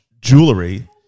jewelry